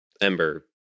ember